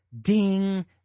ding